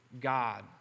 God